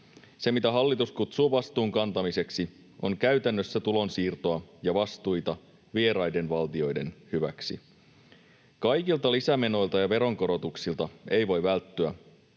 Se, mitä hallitus kutsuu vastuun kantamiseksi, on käytännössä tulonsiirtoa ja vastuita vieraiden valtioiden hyväksi. Kaikilta lisämenoilta ja veronkorotuksilta ei voi välttyä,